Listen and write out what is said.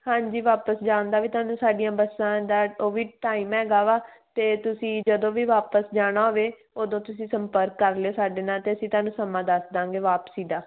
ਹਾਂਜੀ ਵਾਪਸ ਜਾਣ ਦਾ ਵੀ ਤੁਹਾਨੂੰ ਸਾਡੀਆਂ ਬੱਸਾਂ ਦਾ ਉਹ ਵੀ ਟਾਈਮ ਹੈਗਾ ਵਾ ਅਤੇ ਤੁਸੀਂ ਜਦੋਂ ਵੀ ਵਾਪਸ ਜਾਣਾ ਹੋਵੇ ਉਦੋਂ ਤੁਸੀਂ ਸੰਪਰਕ ਕਰ ਲਿਓ ਸਾਡੇ ਨਾਲ ਅਤੇ ਅਸੀਂ ਤੁਹਾਨੂੰ ਸਮਾਂ ਦੱਸਦਾਂਗੇ ਵਾਪਸੀ ਦਾ